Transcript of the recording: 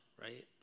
right